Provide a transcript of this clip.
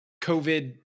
COVID